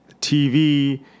TV